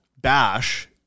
bash